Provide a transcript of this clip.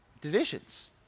divisions